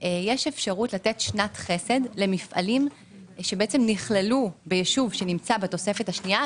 יש אפשרות לתת שנת חסד למפעלים שנכללו ביישוב שנמצא בתוספת השנייה,